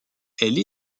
elle